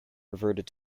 reverted